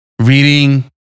reading